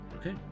Okay